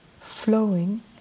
flowing